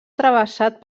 travessat